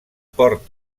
port